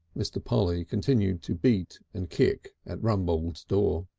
mr. polly continued to beat and kick at rumbold's door.